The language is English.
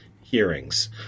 hearings